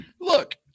look